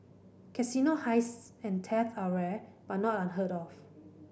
casino heists and theft are rare but not unheard of